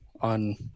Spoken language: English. on